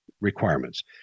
requirements